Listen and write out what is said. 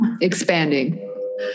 expanding